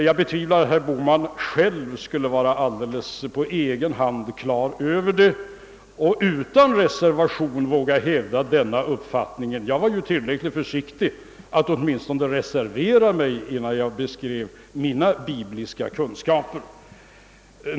Jag betvivlar att herr Bohman själv på egen hand var på det klara med det och utan reservation vågade stå för den uppgiften. Jag var ju så försiktig att jag åtminstone reserverade mig innan jag talade om mina bibliska kunskaper.